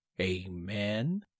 Amen